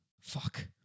Fuck